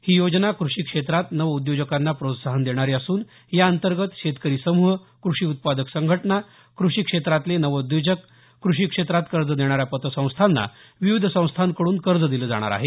ही योजना कृषी क्षेत्रात नवउद्योजकांना प्रोत्साहन देणारी असून या अंतर्गत शेतकरी समूह कृषी उत्पादक संघटना कृषी क्षेत्रातले नवउद्योजक कृषी क्षेत्रात कर्ज देणाऱ्या पतसंस्थांना विविध संस्थांकडून कर्ज दिलं जाणार आहे